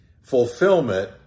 fulfillment